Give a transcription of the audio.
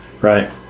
Right